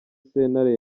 sentare